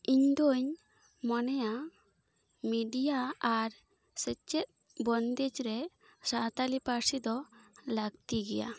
ᱤᱧ ᱫᱚᱧ ᱢᱚᱱᱮᱭᱟ ᱢᱤᱰᱤᱭᱟ ᱟᱨ ᱥᱮᱪᱮᱫ ᱵᱚᱱᱫᱮᱡᱽ ᱨᱮ ᱥᱟᱱᱛᱟᱲᱤ ᱯᱟ ᱨᱥᱤ ᱫᱚ ᱞᱟᱹᱠᱛᱤ ᱜᱮᱭᱟ